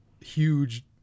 huge